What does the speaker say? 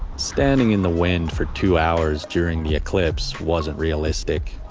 standing in the wind for two hours during the eclipse wasn't realistic,